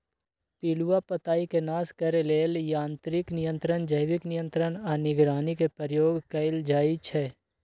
पिलुआ पताईके नाश करे लेल यांत्रिक नियंत्रण, जैविक नियंत्रण आऽ निगरानी के प्रयोग कएल जाइ छइ